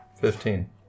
Fifteen